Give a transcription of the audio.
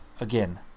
Again